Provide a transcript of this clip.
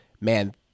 man